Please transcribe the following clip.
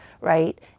right